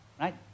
Right